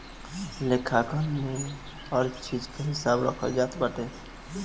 लेखांकन में हर चीज के हिसाब रखल जात बाटे